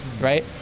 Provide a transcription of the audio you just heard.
right